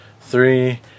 three